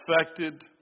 affected